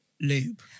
lube